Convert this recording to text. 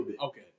Okay